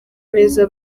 neza